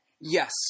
Yes